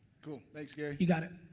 cool, thanks gary. you got it.